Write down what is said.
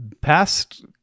past